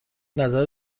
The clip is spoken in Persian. نظر